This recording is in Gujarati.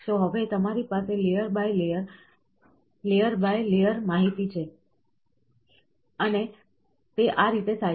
તો હવે તમારી પાસે layer by layer by layer માહિતી છે અને તે આ રીતે થાય છે